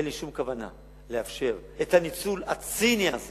אין לי שום כוונה לאפשר את הניצול הציני הזה